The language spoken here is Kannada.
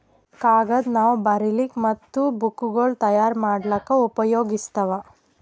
ಕಾಗದ್ ನಾವ್ ಬರಿಲಿಕ್ ಮತ್ತ್ ಬುಕ್ಗೋಳ್ ತಯಾರ್ ಮಾಡ್ಲಾಕ್ಕ್ ಉಪಯೋಗಸ್ತೀವ್